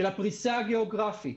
של הפריסה הגיאוגרפי,